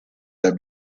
that